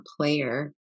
player